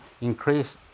increase